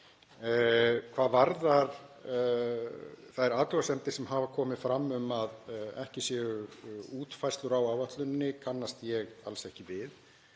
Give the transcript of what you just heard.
Hvað varðar þær athugasemdir sem hafa komið fram, um að ekki séu útfærslur á áætluninni, þá kannast ég alls ekki við